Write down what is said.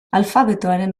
alfabetoaren